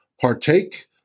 partake